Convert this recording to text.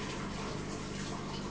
yeah